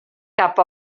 cap